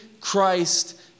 Christ